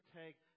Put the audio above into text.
take